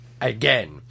Again